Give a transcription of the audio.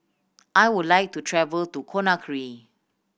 I would like to travel to Conakry